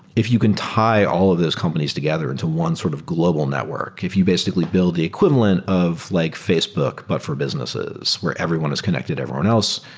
if you can tie all of these companies together into one sort of global network, if you basically build the equivalent of like facebook but for businesses where everyone is connected to everyone else,